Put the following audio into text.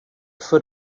foot